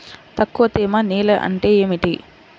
తక్కువ తేమ నేల అంటే ఏమిటి?